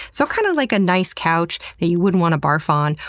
so kind of like a nice couch that you wouldn't wanna barf on,